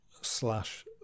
slash